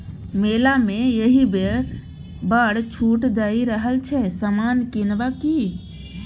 मेला मे एहिबेर बड़ छूट दए रहल छै समान किनब कि?